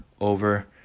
over